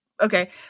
okay